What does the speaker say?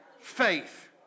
faith